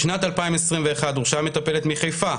בשנת 2021 הורשעה מטפלת מחיפה